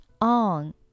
on